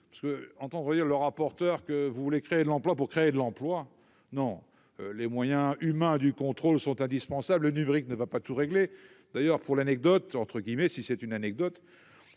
parce que entendre dire le rapporteur, que vous voulez créer de l'emploi pour créer de l'emploi, non les moyens humains du contrôle sont indispensables numérique ne va pas tout régler d'ailleurs, pour l'anecdote, entre guillemets, si c'est une anecdote